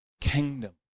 Kingdom